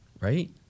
Right